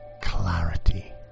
clarity